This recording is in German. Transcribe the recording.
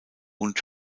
und